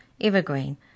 evergreen